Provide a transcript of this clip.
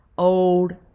Old